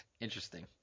Interesting